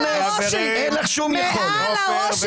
וואו, מזל.